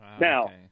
Now